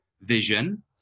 vision